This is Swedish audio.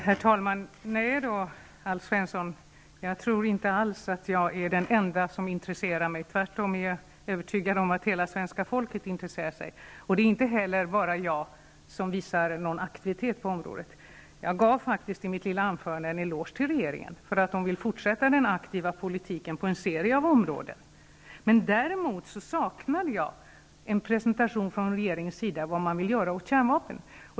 Herr talman! Nej då, Alf Svensson, jag tror inte alls att jag är den enda som intresserar mig för dessa frågor, tvärtom är jag övertygad om att hela svenska folket intresserar sig. Det är inte heller bara jag som visar någon aktivitet på området. Jag gav faktiskt i mitt lilla anförande en eloge till regeringen för att man vill fortsätta den aktiva politiken på en serie områden. Däremot saknade jag en presentation från regeringens sida av vad man vill göra åt kärnvapnen.